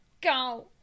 go